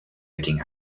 getting